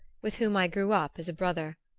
with whom i grew up as a brother.